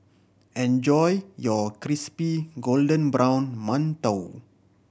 enjoy your crispy golden brown mantou